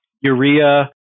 urea